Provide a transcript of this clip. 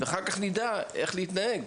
ואחר כך נדע איך להתנהג.